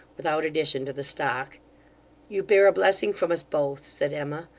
without addition to the stock you bear a blessing from us both said emma.